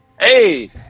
Hey